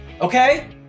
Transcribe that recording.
okay